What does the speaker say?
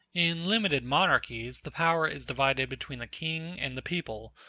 in limited monarchies the power is divided between the king and the people,